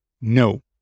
No